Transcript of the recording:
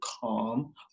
calm